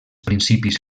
principis